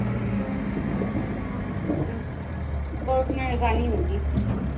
बहुत मेहरबानी होगी